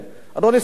אדוני סגן השר,